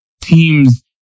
teams